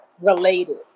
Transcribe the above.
related